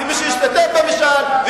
למי שהשתתף במשאל,